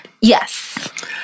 Yes